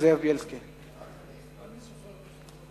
אנחנו ממשיכים הלאה